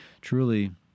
truly